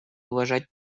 уважать